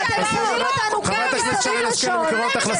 אני קורא אותך לסדר פעם שלישית.